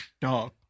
dog